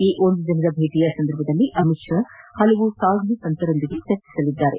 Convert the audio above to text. ಈ ಒಂದು ದಿನದ ಭೇಟಿಯ ಸಂದರ್ಭದಲ್ಲಿ ಅಮಿತ್ ಶಾ ಹಲವು ಸಾಧು ಸಂತರೊಂದಿಗೆ ಚರ್ಚಿಸಲಿದ್ದಾರೆ